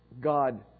God